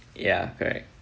ya correct